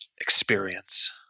experience